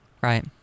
Right